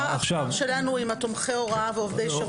הפער שלנו הוא עם תומכי ההוראה ועובדי שירות.